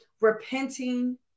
repenting